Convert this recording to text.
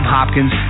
Hopkins